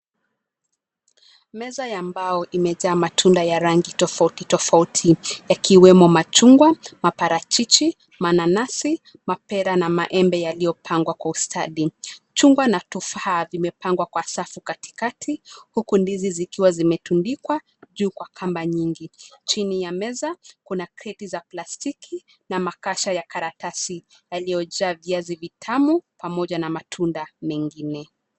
Meza ya mbao imejaa matunda ya rangi tofauti tofauti yakiwemo machungwa, maparachichi, mananasi, mapera na maembe yaliyo pangwa kwa ustadi chungwa na tofaa zimepangwa kwa safu katikati huku ndizi zikiwa zimetundikwa juu kwa kamba nyingi. Chini ya meza kuna kreti za plastiki na makasha ya karatasi yaliyo jaa viazi vitamu pamoja na matunda mengine.